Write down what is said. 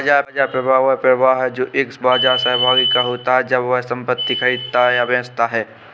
बाजार प्रभाव वह प्रभाव है जो एक बाजार सहभागी का होता है जब वह संपत्ति खरीदता या बेचता है